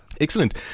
Excellent